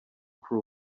crew